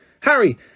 Harry